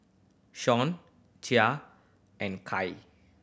Gia and Kai